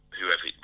whoever